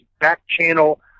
back-channel